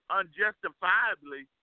unjustifiably